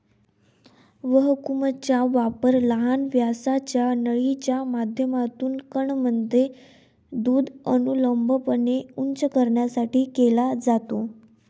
व्हॅक्यूमचा वापर लहान व्यासाच्या नळीच्या माध्यमातून कॅनमध्ये दूध अनुलंबपणे उंच करण्यासाठी केला जातो